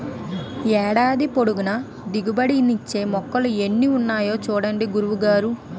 ఏడాది పొడుగునా దిగుబడి నిచ్చే మొక్కలు ఎన్నో ఉన్నాయి చూడండి గురువు గారు